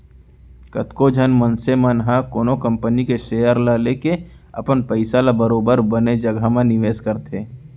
कतको झन मनसे मन ह कोनो कंपनी के सेयर ल लेके अपन पइसा ल बरोबर बने जघा म निवेस करथे